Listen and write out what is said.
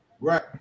right